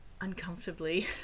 uncomfortably